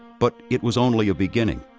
but it was only a beginning.